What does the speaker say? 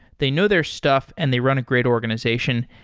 they know their stuff and they run a great organization.